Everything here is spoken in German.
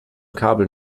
kabel